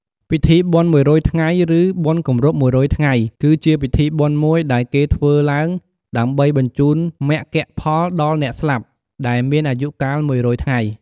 ពិធីបុណ្យមួយរយថ្ងៃ ឬ បុណ្យគម្រប់ ១០០ថ្ងៃ គឺជាពិធីបុណ្យមួយដែលគេធ្វើឡើងដើម្បីបញ្ជូនមគ្គផលដល់អ្នកស្លាប់ដែលមានអាយុកាលមួយរយថ្ងៃ។